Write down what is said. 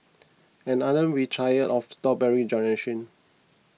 and aren't we tired of the strawberry generation